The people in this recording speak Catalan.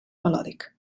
melòdic